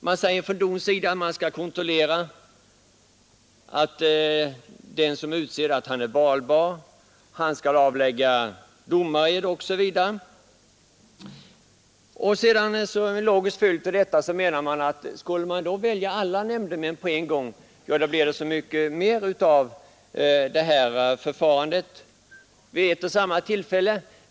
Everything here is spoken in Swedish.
DON anför kall kontrollera att den som utsetts är valbar och se till att denne avlägger domared osv. Som en logisk följd av detta menar DON att om man skulle välja alla nämndemän på en gång skulle dessa göromål koncentreras till ett och samma tillfälle.